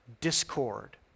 discord